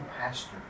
pastor